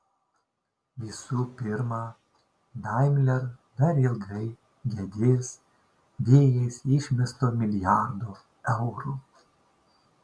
visų pirma daimler dar ilgai gedės vėjais išmesto milijardo eurų